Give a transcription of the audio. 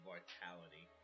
Vitality